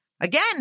Again